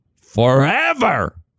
forever